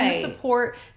support